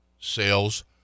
sales